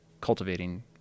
cultivating